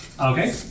Okay